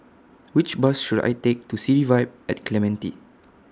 Which Bus should I Take to City Vibe At Clementi